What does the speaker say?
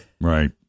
Right